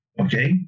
Okay